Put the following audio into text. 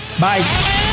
Bye